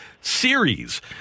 series